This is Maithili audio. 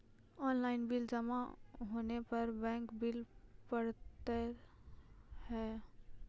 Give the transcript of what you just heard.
ऑनलाइन बिल जमा होने पर बैंक बिल पड़तैत हैं?